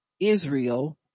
Israel